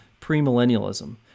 premillennialism